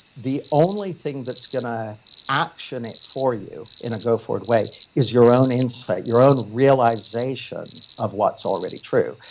the only thing that's going to action it for you in a go-forward way is your own insight, your own realization of what's already true.